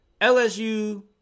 LSU